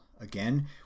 again